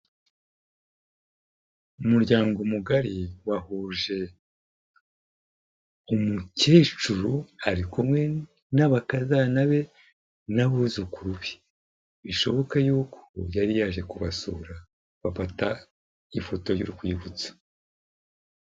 Umuryango mugari wahuje, umukecuru ari kumwe n'abakazana be n'abuzukuru be bishoboka y'uko yari yaje kubasura, bafata ifoto y'urwibutso.